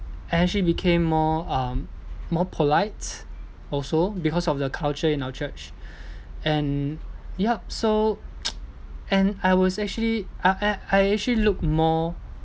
I actually became more um more polite also because of the culture in our church and yup so and I was actually I I I actually look more